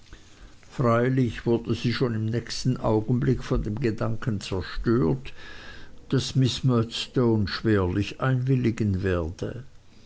freilich wurde sie schon im nächsten augenblick von dem gedanken zerstört daß miß murdstone schwerlich einwilligen werde